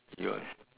yours